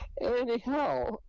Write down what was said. Anyhow